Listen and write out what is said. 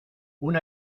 una